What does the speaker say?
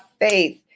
faith